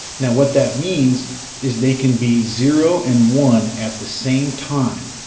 now, what that means is they can be zero and one at the same time,